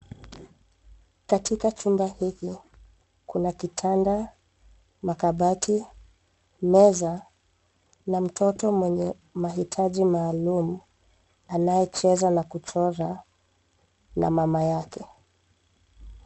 Katika chumba hiki kuna kitanda, makabati, meza na mtoto mwenye mahitaji maalum anatucheza na kuchora, na mama yake.